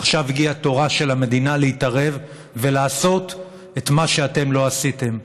עכשיו הגיע תורה של המדינה להתערב ולעשות את מה שאתם לא עשיתם,